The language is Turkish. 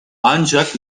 ancak